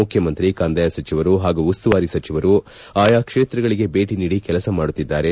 ಮುಖ್ಚಮಂತ್ರಿ ಕಂದಾಯ ಸಚಿವರು ಹಾಗೂ ಉಸ್ತುವಾರಿ ಸಚಿವರು ಆಯಾ ಕ್ಷೇತ್ರಗಳಿಗೆ ಭೇಟಿ ನೀಡಿ ಕೆಲಸ ಮಾಡುತ್ತಿದ್ದಾರೆ